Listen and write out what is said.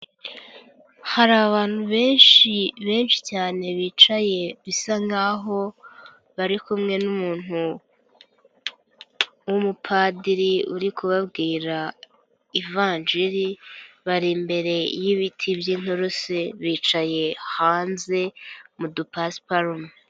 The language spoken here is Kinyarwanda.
Hari abantu benshi, benshi cyane bicaye, bisa nk'aho bari kumwe n'umuntu w'umupadiri uri kubabwira ivanjiri, bari imbere y'ibiti by'inturusi, bicaye hanze mu dupasiparume.